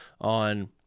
on